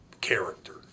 character